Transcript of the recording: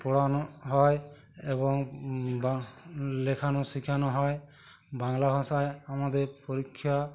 পড়ানো হয় এবং বা লেখানো শিখানো হয় বাংলা ভাষায় আমাদের পরীক্ষা